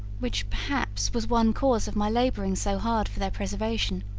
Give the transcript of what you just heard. which, perhaps, was one cause of my labouring so hard for their preservation,